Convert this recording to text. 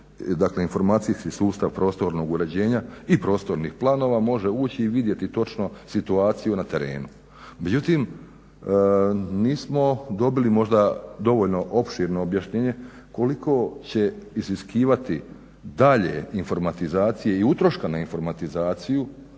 Informacijski sustav prostornog uređenja i prostornih planova može ući i vidjeti točno situaciju na terenu. Međutim, nismo dobili možda dovoljno opširno objašnjenje koliko će iziskivati dalje informatizacije i utroška na informatizaciju